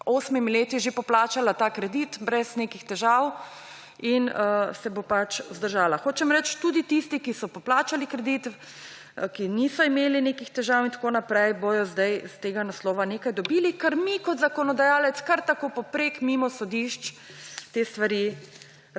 osmimi leti že poplača ta kredit brez nekih težav in se bo vzdržala. Hočem reči, da tudi tisti, ki so poplačali kredit, ki niso imeli nekih težav, bodo zdaj iz tega naslova nekaj dobili, kar mi kot zakonodajalec kar tako, poprek, mimo sodišč te stvari